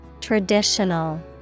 Traditional